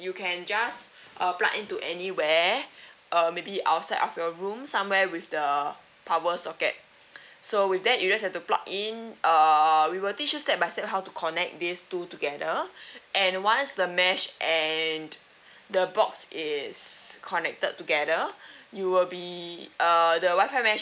you can just err plug in to anywhere uh maybe outside of your room somewhere with the power socket so with that you just have to plug in uh we will teach you step by step how to connect these two together and once the mesh and the box is connected together you will be err the wifi mesh